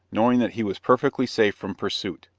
knowing that he was perfectly safe from pursuit.